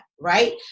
right